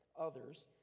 others